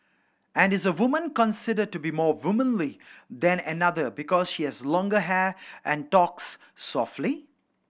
and is a woman considered to be more womanly than another because she has longer hair and talks softly